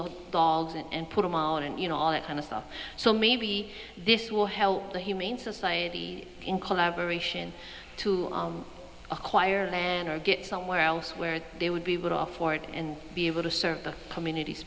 the dogs and put them out and you know all that kind of stuff so maybe this will help the humane society in collaboration to acquire land or get somewhere else where they would be would offer it and be able to serve the communities